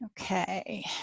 Okay